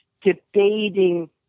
debating